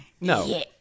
No